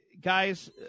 guys